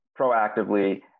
proactively